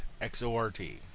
x-o-r-t